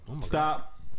Stop